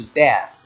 death